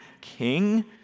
king